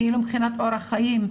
מבחינת אורח חיים,